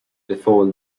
before